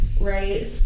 right